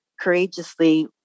courageously